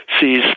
sees